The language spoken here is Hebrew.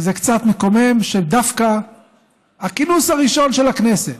וזה קצת מקומם שדווקא הכינוס הראשון של הכנסת,